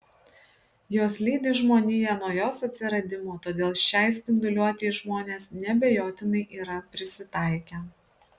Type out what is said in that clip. jos lydi žmoniją nuo jos atsiradimo todėl šiai spinduliuotei žmonės neabejotinai yra prisitaikę